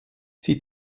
sie